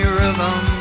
rhythm